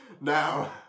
now